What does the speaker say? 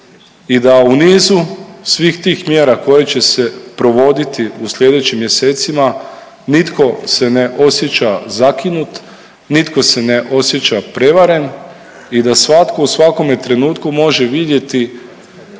i da u nizu svih tih mjera koje će se provoditi u slijedećim mjesecima nitko se ne osjeća zakinut, nitko se ne osjeća prevaren i da svatko u svakome trenutku može vidjeti